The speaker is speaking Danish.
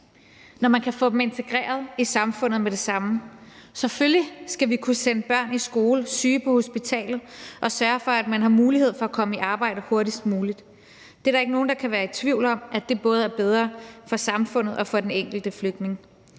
når man kan få dem integreret i samfundet med det samme. Selvfølgelig skal vi kunne sende børn i skole og syge på hospitalet og sørge for, at man har mulighed for at komme i arbejde hurtigst muligt. Der er ikke nogen, der kan være tvivl om, at det både er bedre for samfundet og for den enkelte flygtning.